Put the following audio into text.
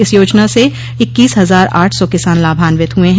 इस योजना से इक्कीस हजार आठ सौ किसान लाभान्वित हुए हैं